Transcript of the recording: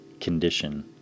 condition